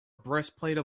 breastplate